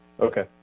Okay